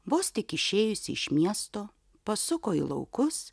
vos tik išėjusi iš miesto pasuko į laukus